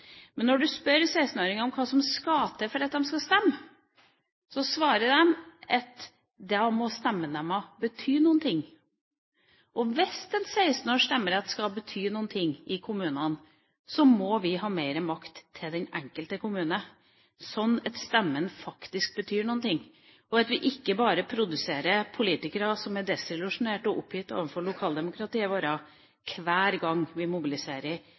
Men når du spør 16-åringene om hva som skal til for at de skal stemme, svarer de at da må stemmen deres bety noe. Hvis en 16-årings stemme faktisk skal bety noe i kommunene, må vi gi mer makt til den enkelte kommune, og ikke bare produsere politikere som er desillusjonerte og oppgitt over lokaldemokratiet vårt hver gang vi mobiliserer